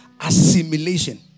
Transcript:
assimilation